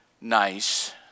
nice